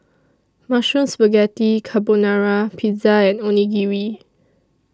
Mushroom Spaghetti Carbonara Pizza and Onigiri